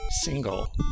Single